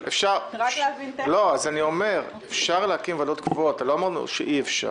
אפשר להקים ועדות קבועות, לא אמרנו שאי אפשר.